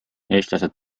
eestlased